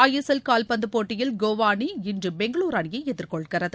ISL கால்பந்துப் போட்டியில் கோவா அணி இன்று பெங்களூரு அணியை எதிர்கொள்கிறது